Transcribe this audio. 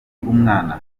umwana